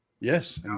Yes